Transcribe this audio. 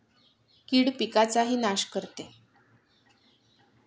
कीड पिकाचाही नाश करते